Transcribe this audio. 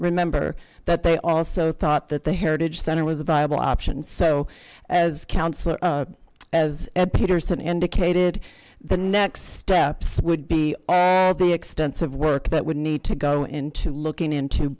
remember that they also thought that the heritage center was a viable option so as council as peterson indicated the next steps would be the extensive work that would need to go into looking into